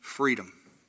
freedom